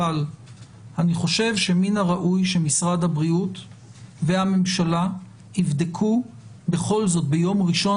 אבל אני חושב שמשרד הבריאות והממשלה יבדקו בכל זאת ביום ראשון,